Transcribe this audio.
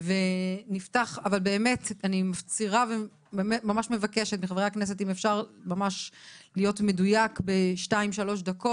אני מפצירה בחברי הכנסת לקצר בדברים.